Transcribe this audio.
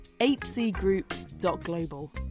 hcgroup.global